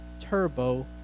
Turbo